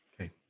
Okay